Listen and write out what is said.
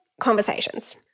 conversations